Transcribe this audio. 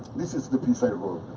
this is the piece i wrote.